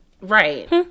Right